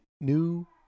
new